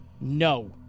No